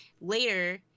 later